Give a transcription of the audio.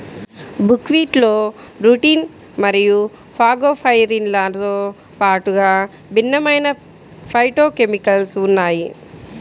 బుక్వీట్లో రుటిన్ మరియు ఫాగోపైరిన్లతో పాటుగా విభిన్నమైన ఫైటోకెమికల్స్ ఉన్నాయి